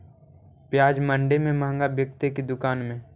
प्याज मंडि में मँहगा बिकते कि दुकान में?